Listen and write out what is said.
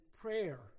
prayer